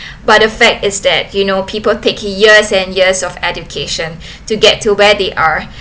but the fact is that you know people take years and years of education to get to where they are